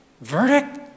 verdict